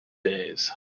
days